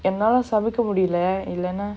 என்னால சபிக்க முடில இல்லனா:ennala sabikka mudila illanaa